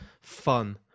fun